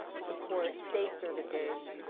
support state services,